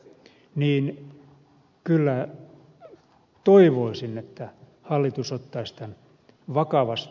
toivoisin kyllä että hallitus ottaisi tämän vakavasti